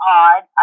odd